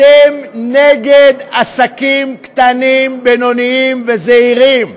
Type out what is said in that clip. אתם נגד עסקים קטנים, בינוניים וזעירים.